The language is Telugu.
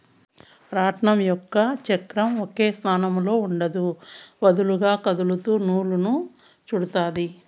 రాట్నం యొక్క చక్రం ఒకటే స్థానంలో ఉండదు, వదులుగా కదులుతూ నూలును చుట్టుతాది